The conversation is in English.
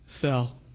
fell